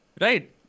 Right